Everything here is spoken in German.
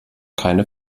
keine